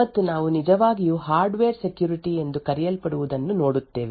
ಮತ್ತು ನಾವು ನಿಜವಾಗಿಯೂ ಹಾರ್ಡ್ವೇರ್ ಸೆಕ್ಯುರಿಟಿ ಎಂದು ಕರೆಯಲ್ಪಡುವದನ್ನು ನೋಡುತ್ತೇವೆ